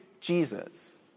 Jesus